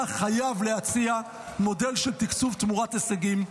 אתה חייב להציע מודל של תקצוב תמורת הישגים.